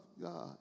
God